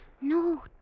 No